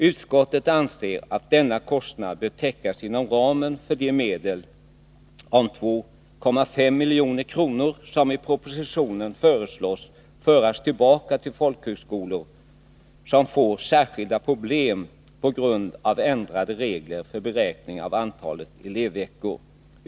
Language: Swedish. Utskottet anser att denna kostnad bör täckas inom ramen för de medel om 2,5 milj.kr. som i propositionen föreslås föras tillbaka till folkhögskolor som får särskilda problem på grund av ändrade regler för beräkning av antalet elevveckor.